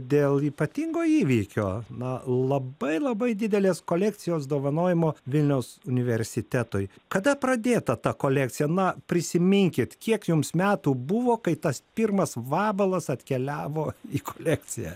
dėl ypatingo įvykio na labai labai didelės kolekcijos dovanojimo vilniaus universitetui kada pradėta ta kolekcija na prisiminkit kiek jums metų buvo kai tas pirmas vabalas atkeliavo į kolekciją